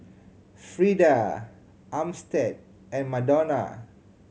Freeda Armstead and Madonna